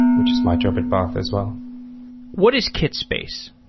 which is my job at perth as well what is kitspace?